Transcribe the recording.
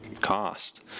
cost